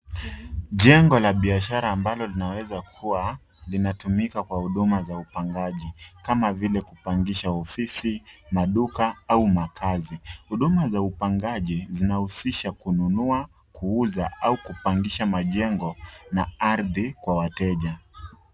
Jengo la biashara ambalo linawezakua linatumika kwa huduma za upangaji kama vile kupangisha ofisi, maduka au makazi. Huduma za upangaji zinahusisha kununua, kuuza au kupangisha majengo na ardhi kwa wateja.